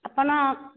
ଆପଣ